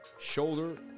shoulder